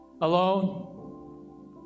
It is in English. alone